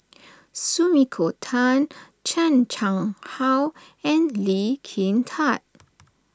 Sumiko Tan Chan Chang How and Lee Kin Tat